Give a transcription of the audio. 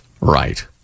Right